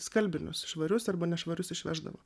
skalbinius švarius arba nešvarius išveždavo